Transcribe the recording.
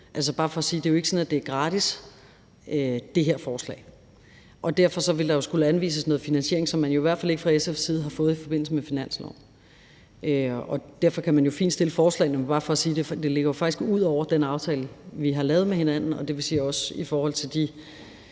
det er bare for at sige, at det jo ikke er sådan, at det her forslag er gratis, og derfor ville der skulle anvises noget finansiering, som man i hvert fald ikke fra SF's side har fundet i forbindelse med finansloven. Derfor kan man fint fremsætte forslagene, men det er bare for at sige, at det jo faktisk ligger ud over den aftale, vi har lavet med hinanden, og det vil også sige, at i forhold til de